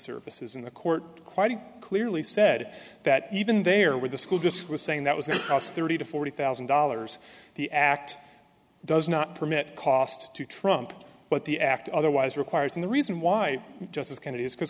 services in the court quite clearly said that even they are where the school just was saying that was just thirty to forty thousand dollars the act does not permit cost to trump what the act otherwise requires and the reason why justice kennedy is because